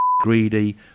greedy